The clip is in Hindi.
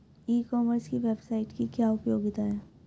ई कॉमर्स की वेबसाइट की क्या उपयोगिता है?